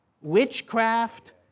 witchcraft